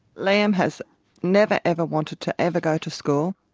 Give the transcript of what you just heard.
liam has never, ever wanted to ever go to school.